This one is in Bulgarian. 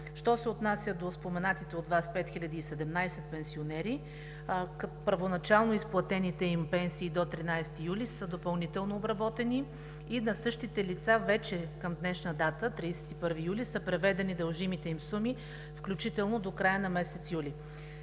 Що се отнася до споменатите от Вас 5017 пенсионери, първоначално изплатените им пенсии до 13 юли са допълнително обработени и на същите лица вече към днешна дата – 31 юли, са преведени дължимите им суми, включително до края на месец юли.